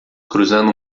cruzando